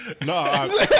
No